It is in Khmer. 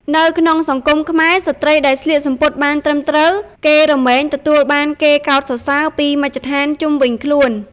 នៅក្នុងសង្គមខ្មែរ ស្ត្រីដែលស្លៀកសំពត់បានត្រឹមត្រូវគេរមែងទទួលបានគេកោតសរសើរពីមជ្ឈដ្ធានជុំវិញខ្លួន។